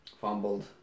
fumbled